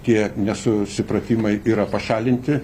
tie nesusipratimai yra pašalinti